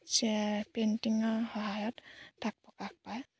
যে পেইণ্টিঙৰ সহায়ত তাক প্ৰকাশ পাই